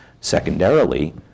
Secondarily